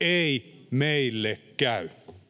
”ei meille käy”.